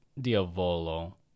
diavolo